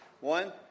One